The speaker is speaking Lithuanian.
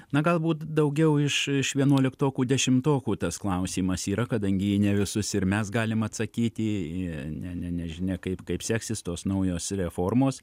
na galbūt daugiau iš iš vienuoliktokų dešimtokų tas klausimas yra kadangi jie ne į visus ir mes galim atsakyti ne ne nežinia kaip kaip seksis tos naujos reformos